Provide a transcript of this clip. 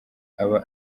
aba